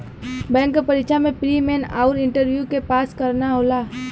bank क परीक्षा में प्री, मेन आउर इंटरव्यू के पास करना होला